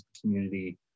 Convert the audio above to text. community